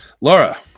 Laura